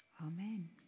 Amen